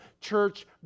church